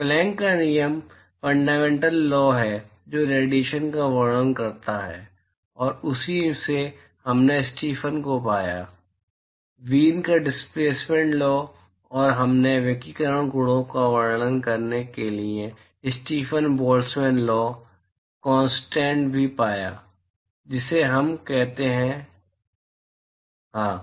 Planck का नियम fundamental law है जो रेडिएशन का वर्णन करता है और उसी से हमने स्टीफन को पाया वीन का डिसप्लेसमेंट लॉ और हमने विकिरण गुणों का वर्णन करने के लिए स्टीफन बोल्ट्ज़मैन लॉ कॉंस्टेंट भी पाया जिसे हम कहते हैं हाँ